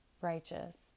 righteous